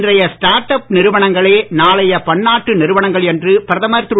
இன்றைய start up நிறுவனங்களே நாளைய பன்னாட்டு நிறுவனங்கள் என்று பிரதமர் திரு